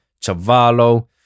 Chavalo